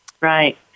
Right